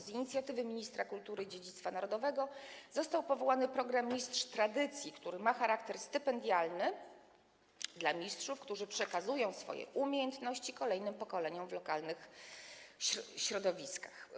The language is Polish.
Z inicjatywy ministra kultury i dziedzictwa narodowego został ustanowiony program „Mistrz tradycji”, który ma charakter stypendialny, dla mistrzów, którzy przekazują swoje umiejętności kolejnym pokoleniom w lokalnych środowiskach.